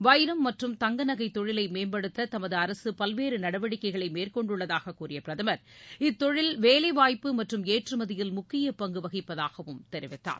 வைரம் மற்றும் தங்க நகை தொழிலை மேம்படுத்த தமது அரசு பல்வேறு நடவடிக்கைகளை மேற்கொண்டுள்ளதாக கூறிய பிரதமர் இத்தொழில் வேலைவாய்ப்பு மற்றும் ஏற்றுமதியில் முக்கிய பங்கு வகிப்பதாகவும் தெரிவித்தார்